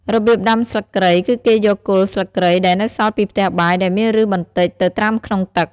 របៀបដាំស្លឹកគ្រៃ គឺគេយកគល់ស្លឹកគ្រៃដែលនៅសល់ពីផ្ទះបាយ ដែលមានឫសបន្តិច ទៅត្រាំក្នុងទឹក។